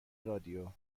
رادیو